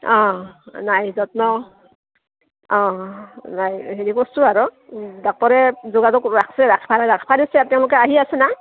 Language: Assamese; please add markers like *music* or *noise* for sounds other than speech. অঁ নাই যত্ন অঁ নাই হেৰি কৰছো আৰু ডাক্তৰে যোগাযোগ ৰাখছে *unintelligible* তেওঁলোকে আহি আছে ন